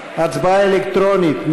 הצבעה אלקטרונית,